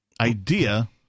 idea